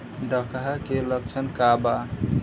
डकहा के लक्षण का वा?